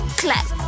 clap